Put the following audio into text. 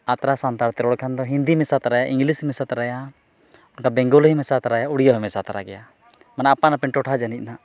ᱟᱛᱨᱟ ᱥᱟᱱᱛᱟᱲ ᱛᱮ ᱨᱚᱲ ᱠᱷᱟᱱ ᱫᱚ ᱦᱤᱱᱫᱤ ᱢᱮᱥᱟ ᱛᱚᱨᱟᱭᱟ ᱤᱝᱞᱤᱥᱮ ᱢᱮᱥᱟ ᱛᱚᱨᱟᱭᱟ ᱵᱮᱝᱜᱚᱞᱤ ᱢᱮᱥᱟ ᱛᱚᱨᱟᱭᱟ ᱩᱲᱤᱭᱟᱹ ᱦᱚᱸ ᱢᱮᱥᱟ ᱛᱚᱨᱟᱭ ᱜᱮᱭᱟ ᱢᱟᱱᱮ ᱟᱯᱟᱱ ᱟᱹᱯᱤᱱ ᱴᱚᱴᱷᱟ ᱡᱟᱹᱱᱤᱡ ᱱᱟᱜ